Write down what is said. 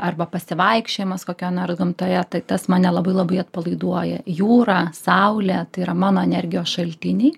arba pasivaikščiojimas kokioj nors gamtoje tai tas mane labai labai atpalaiduoja jūra saulė tai yra mano energijos šaltiniai